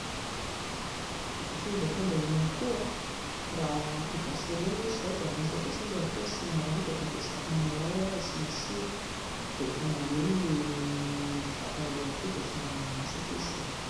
Ny fomba fandrahoana akoho, raha akoho gasy rony izy izao dia alefa ao fotsiny ilay akoho asiana rano dia hatao be sakamalaho, asiana sira dia rehefa malemy ilay vatan'ilay akoho dia efa masaka izy izay